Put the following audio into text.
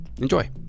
Enjoy